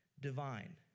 divine